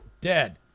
dead